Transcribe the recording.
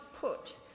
put